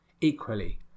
Equally